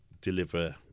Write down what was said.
deliver